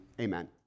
amen